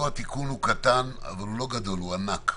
פה התיקון קטן אך ענק,